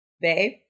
babe